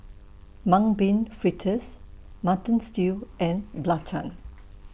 Mung Bean Fritters Mutton Stew and Belacan